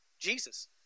Jesus